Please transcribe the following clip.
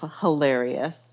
hilarious